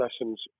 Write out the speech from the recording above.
lessons